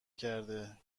کرده